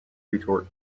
retort